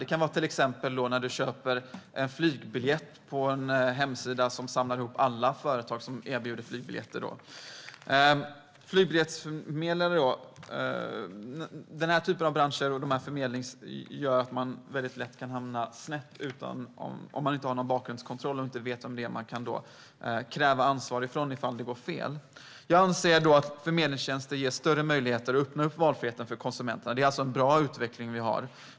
Det gäller till exempel när man köper en flygbiljett på en hemsida som samlar alla företag som erbjuder flygbiljetter. I den här branschen kan man väldigt lätt hamna snett om man inte har gjort någon bakgrundskontroll och inte vet vem man kan utkräva ansvar av ifall det går fel. Jag anser att förmedlingstjänster ger större möjligheter och öppnar upp valfriheten för konsumenterna. Det är alltså en bra utveckling.